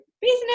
business